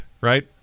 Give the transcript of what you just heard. right